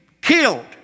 killed